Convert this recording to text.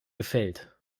gefällt